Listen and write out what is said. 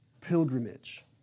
pilgrimage